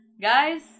guys